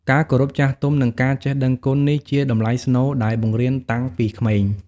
ការគោរពចាស់ទុំ និងការចេះដឹងគុណ នេះជាតម្លៃស្នូលដែលបង្រៀនតាំងពីក្មេង។